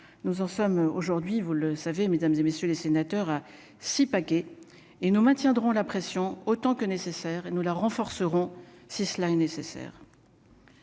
nous en sommes aujourd'hui, vous le savez, mesdames et messieurs les sénateurs à six paquets et nous maintiendrons la pression autant que nécessaire et nous la renforcerons si cela est nécessaire.